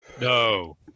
No